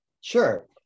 Sure